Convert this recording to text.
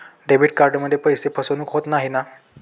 Debit कार्डमध्ये पैसे फसवणूक होत नाही ना?